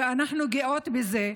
ואנחנו גאות בזה,